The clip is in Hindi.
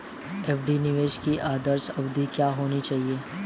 एफ.डी निवेश की आदर्श अवधि क्या होनी चाहिए?